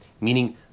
meaning